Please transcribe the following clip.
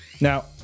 Now